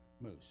Moose